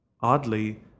oddly